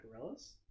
gorillas